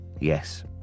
Yes